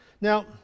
Now